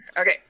okay